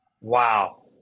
Wow